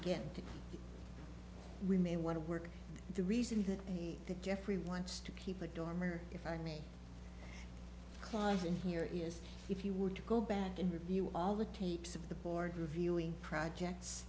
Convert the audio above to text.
again we may want to work the reason that the jeffrey wants to keep a dorm or if i mean clause in here is if you were to go back and review all the tapes of the board reviewing projects